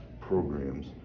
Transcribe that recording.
programs